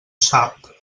sap